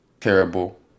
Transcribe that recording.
Terrible